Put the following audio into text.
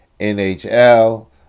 nhl